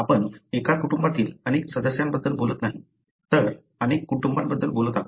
आपण एका कुटुंबातील अनेक सदस्यांबद्दल बोलत नाही तर अनेक कुटुंबांबद्दल बोलत आहोत